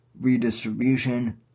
redistribution